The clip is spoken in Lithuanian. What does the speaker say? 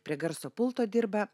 prie garso pulto dirba